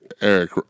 Eric